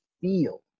feel